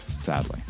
sadly